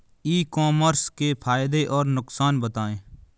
ई commerce के फायदे और नुकसान बताएँ?